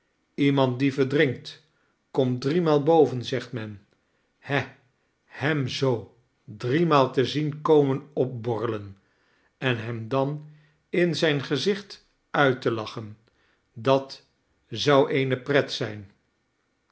iemand die verdrinkt komt driemaal boven zegt men he hem zoo driemaal te zien komen opborrelen en hem dan in zijn gezicht uit te lachen dat zou eene pret zijn